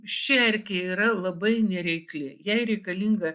ši erkė yra labai nereikli jai reikalinga